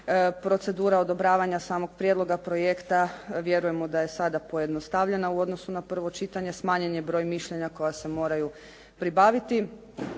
Procedura odobravanja samog prijedloga projekta vjerujemo da je sada pojednostavljena u odnosu na prvo čitanje. Smanjen je broj mišljenja koja se moraju pribaviti.